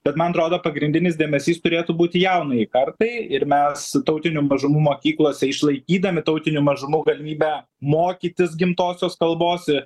bet man atrodo pagrindinis dėmesys turėtų būti jaunajai kartai ir mes tautinių mažumų mokyklose išlaikydami tautinių mažumų galimybę mokytis gimtosios kalbos